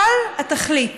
כל התכלית